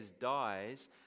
dies